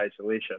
isolation